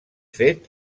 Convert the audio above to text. fet